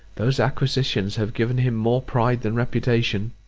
those acquisitions have given him more pride than reputation.